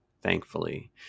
thankfully